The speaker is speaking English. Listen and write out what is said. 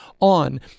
on